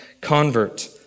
convert